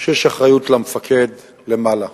שיש אחריות למפקד, למעלה.